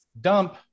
dump